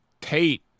Tate